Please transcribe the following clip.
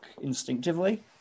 instinctively